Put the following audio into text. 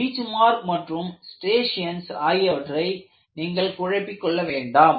benchmark மற்றும் striations ஆகியவற்றை நீங்கள் குழப்பிக்கொள்ள வேண்டாம்